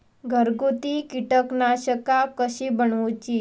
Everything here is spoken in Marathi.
घरगुती कीटकनाशका कशी बनवूची?